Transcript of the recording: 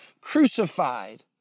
crucified